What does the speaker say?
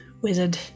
wizard